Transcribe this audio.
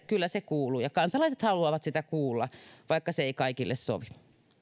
kyllä se kuuluu ja kansalaiset haluavat sitä kuulla vaikka se ei kaikille sovi